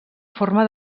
forma